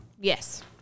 Yes